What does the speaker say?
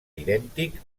idèntic